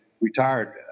retired